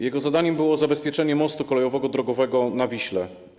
Jego zadaniem było zabezpieczenie mostu kolejowo-drogowego na Wiśle.